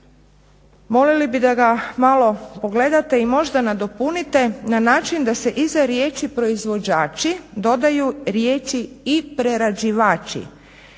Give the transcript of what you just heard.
molili bi da ga malo pogledate i možda nadopunite na način da se iza riječi proizvođači dodaju riječi i prerađivači.